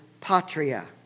patria